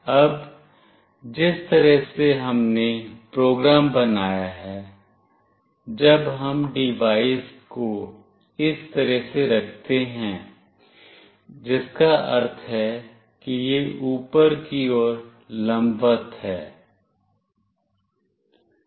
अब जिस तरह से हमने प्रोग्राम बनाया है जब हम डिवाइस को इस तरह से रखते हैं जिसका अर्थ है कि यह ऊपर की ओर लंबवत है